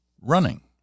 running